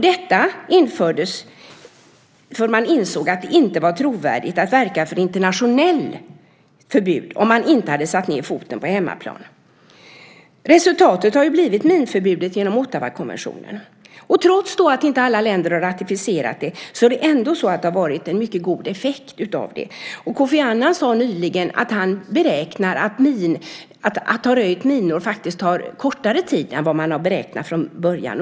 Detta infördes därför att man insåg att det inte var trovärdigt att verka för ett internationellt förbud om man inte hade satt ned foten på hemmaplan. Resultatet har blivit minförbudet genom Ottawakonventionen. Trots att inte alla länder har ratificerat den har den haft en mycket god effekt. Kofi Annan sade nyligen att han beräknar att minröjning tar kortare tid än vad man har beräknat från början.